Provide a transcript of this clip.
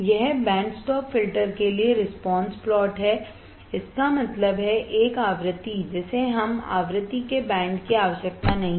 यह band stop filter के लिए रिस्पांस प्लॉट है इसका मतलब है एक आवृत्ति जिसे हमें आवृत्ति के बैंड की आवश्यकता नहीं है